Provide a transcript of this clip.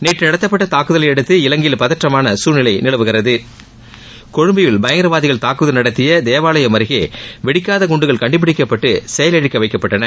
நேற்று நடத்தப்பட்ட தாக்குதலை அடுத்து இலங்கையில் பதட்டமான சூழ்நிலை நிலவுகிறது கொழும்பில் பயங்கரவாதிகள் தாக்குதல் நடத்திய தேவாலயம் அருகே வெடிக்காத குண்டுகள் கண்டுபிடிக்கப்பட்டு செயலிழக்க வைக்கப்பட்டன